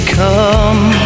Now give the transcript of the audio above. come